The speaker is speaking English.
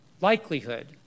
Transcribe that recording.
likelihood